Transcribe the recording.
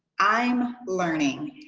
i'm learning.